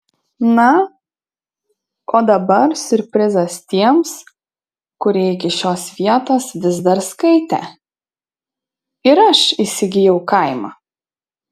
na o dabar siurprizas tiems kurie iki šios vietos vis dar skaitė ir aš įsigijau kaimą